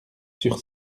sur